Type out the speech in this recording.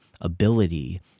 ability